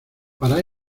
para